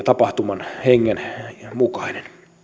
tapahtuman hengen mukainen